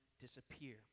disappear